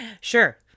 Sure